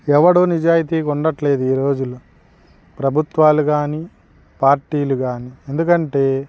ఎవడో నిజాయితీగా ఉండట్లేదు ఈ రోజులు ప్రభుత్వాలు కానీ పార్టీలు కానీ ఎందుకంటే